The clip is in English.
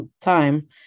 time